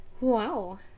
wow